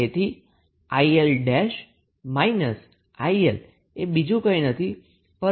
તેથી 𝐼𝐿' −𝐼𝐿 એ બીજું કંઈ નથી પરંતુ 𝛥𝐼 છે